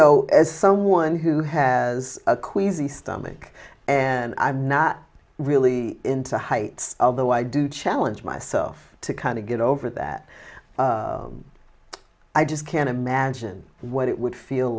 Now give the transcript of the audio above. know as someone who has a queasy stomach and i'm not really into heights of the why do challenge myself to kind of get over that i just can't imagine what it would feel